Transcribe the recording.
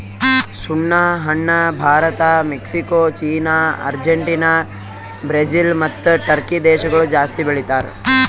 ಸುಣ್ಣ ಹಣ್ಣ Bharat, Mexico, China, Argentina, Brazil ಮತ್ತ ಟರ್ಕಿ ದೇಶಗೊಳ್ ಜಾಸ್ತಿ ಬೆಳಿತಾರ್